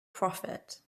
prophet